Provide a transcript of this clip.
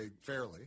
fairly